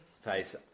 face